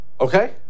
Okay